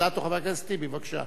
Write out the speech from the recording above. חבר הכנסת טיבי, בבקשה.